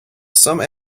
some